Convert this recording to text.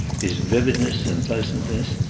his vividness and pleasantness,